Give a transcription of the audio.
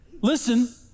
listen